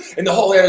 and the whole yeah